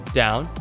down